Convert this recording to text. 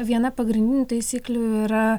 viena pagrindinių taisyklių yra